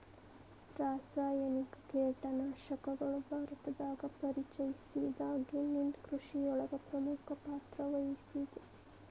ರಾಸಾಯನಿಕ ಕೇಟನಾಶಕಗಳು ಭಾರತದಾಗ ಪರಿಚಯಸಿದಾಗನಿಂದ್ ಕೃಷಿಯೊಳಗ್ ಪ್ರಮುಖ ಪಾತ್ರವಹಿಸಿದೆ